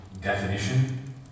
definition